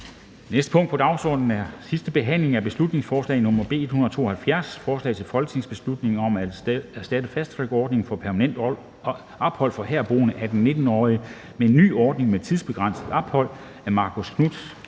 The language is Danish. næste punkt på dagsordenen er: 47) 2. (sidste) behandling af beslutningsforslag nr. B 172: Forslag til folketingsbeslutning om at erstatte fasttrackordningen for permanent ophold for herboende 18-19-årige med en ny ordning med tidsbegrænset ophold. Af Marcus Knuth